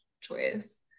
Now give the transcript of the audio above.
choice